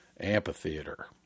amphitheater